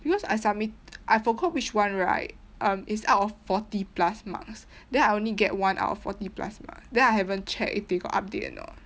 because I submitted I forgot which one right um it's out of forty plus marks then I only get one out of forty plus marks then I haven't check if they got update or not